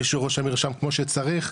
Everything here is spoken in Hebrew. מי שרושם מרשם כמו שצריך,